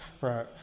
right